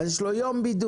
אז יש לו יום בידוד.